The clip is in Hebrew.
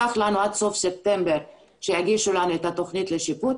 הובטח לנו עד סוף ספטמבר שיגישו לנו את התוכנית לשיפוט,